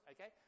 okay